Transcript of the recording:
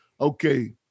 Okay